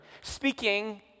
speaking